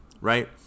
right